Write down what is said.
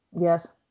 yes